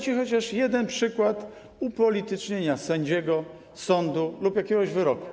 chociaż jeden przykład upolitycznienia sędziego, sądu lub jakiegoś wyroku.